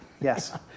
Yes